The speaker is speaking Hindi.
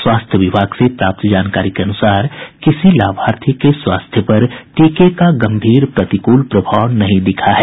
स्वास्थ्य विभाग से प्राप्त जानकारी के अनुसार किसी लाभार्थी के स्वास्थ्य पर टीके का गम्भीर प्रतिकूल प्रभाव नहीं दिखा है